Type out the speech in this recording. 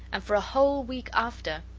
and for a whole week after,